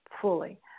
fully